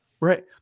Right